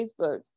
facebook